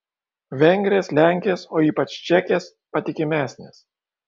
vengrės lenkės o ypač čekės patikimesnės